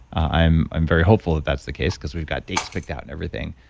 i'm i'm very hopeful that, that's the case because we've got dates picked out and everything,